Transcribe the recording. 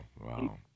Wow